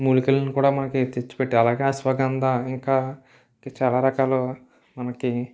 మూలికలను కూడా మనకు తెచ్చిపెట్టే అలాగే అశ్వగంధ ఇంకా చాలా రకాలు మనకి